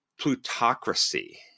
plutocracy